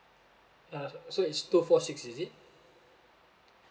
uh so so it's two four six is it